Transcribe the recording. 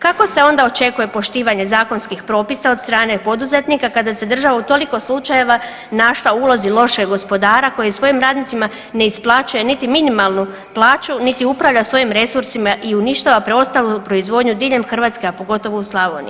Kako se onda očekuje poštivanje zakonskih propisa od strane poduzetnika kada se država u toliko slučajeva našla u ulozi lošeg gospodara koji svojim radnicima ne isplaćuje niti minimalnu plaću niti upravlja svojim resursima i uništava preostalu proizvodnju diljem Hrvatske, a pogotovo u Slavoniji.